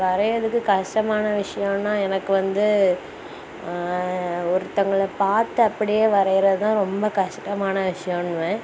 வரைகிறதுக்கு கஸ்டமான விஷியம்னால் எனக்கு வந்து ஒருத்தவங்களை பார்த்து அப்படியே வரைகிறது தான் ரொம்ப கஸ்டமான விஷியம்னுவேன்